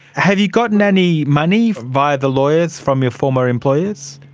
have you gotten any money via the lawyers from your former employers?